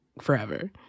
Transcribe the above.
forever